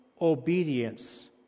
obedience